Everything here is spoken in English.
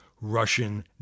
Russian